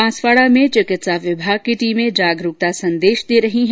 बांसवाड़ा में चिकित्सा विभाग की टीमें जागरूकता संदेश दे रही है